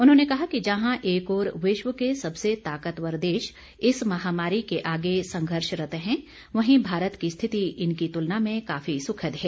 उन्होंने कहा कि जहां एक ओर विश्व के सबसे ताकतवर देश इस महामारी के आगे संघर्षरत है वहीं भारत की स्थिति इनकी तुलना में काफी सुखद है